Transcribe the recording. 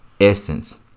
essence